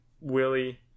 Willie